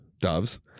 Doves